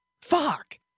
Fuck